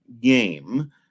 game